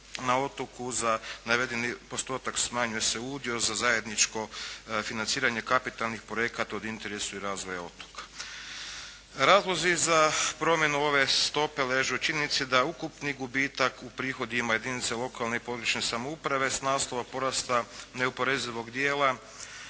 na otoku za navedeni postotak smanjuje se udio za zajedničko financiranje kapitalnih projekata od interesa i razvoja otoka. Razlozi za promjenu ove stope leže u činjenici da ukupni gubitak u prihodima jedinice lokalne i područne samouprave s naslova porasta neoporezivog dijela